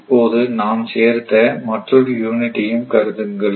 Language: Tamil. இப்போது நாம் சேர்த்த மற்றொரு யூனிட் ய்யும் கருதுங்கள்